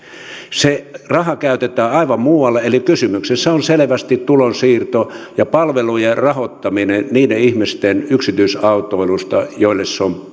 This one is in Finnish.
se raha käytetään aivan muualle eli kysymyksessä on selvästi tulonsiirto ja palvelujen rahoittaminen niiden ihmisten yksityisautoilusta joille se on